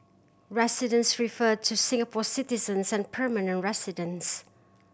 residents refer to Singapore citizens and permanent residents